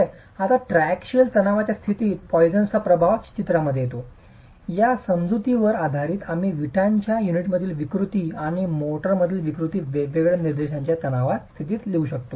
आता ट्रायक्सियल तणावाच्या स्थितीत पॉईसनचा प्रभाव चित्रात येतो या समजुतीवर आधारित आम्ही विटांच्या युनिटमधील विकृती आणि मोर्टारमधील विकृती वेगवेगळ्या दिशानिर्देशांच्या तणावाच्या स्थितीत लिहू शकतो